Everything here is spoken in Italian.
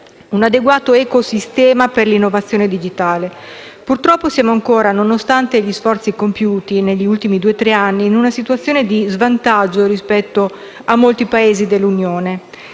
un adeguato ecosistema per l'innovazione digitale. Purtroppo siamo ancora, nonostante gli sforzi compiuti negli ultimi due-tre anni, in una situazione di svantaggio rispetto a molti Paesi dell'Unione.